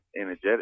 energetic